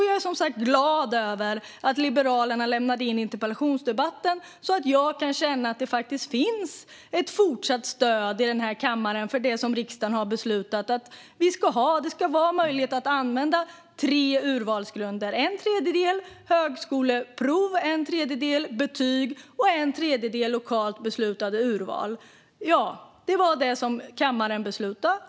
Jag är som sagt glad över att Liberalerna lämnade in interpellationen så att jag kan känna att det finns ett fortsatt stöd i denna kammare för det som riksdagen har beslutat, nämligen att det ska vara möjligt att använda tre urvalsgrunder: en tredjedel högskoleprov, en tredjedel betyg och en tredjedel lokalt beslutade urval. Det var detta kammaren beslutade.